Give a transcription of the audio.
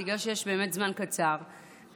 בגלל שבאמת הזמן קצר,